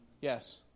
Yes